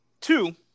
Two